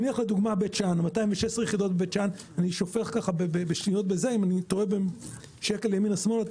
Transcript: אם אני טועה בשקל ימינה או שמאלה,